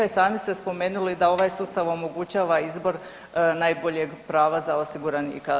I sami ste spomenuli da ovaj sustav omogućava izbor najboljeg prava za osiguranika.